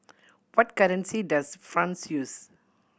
what currency does France use